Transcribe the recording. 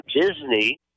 Disney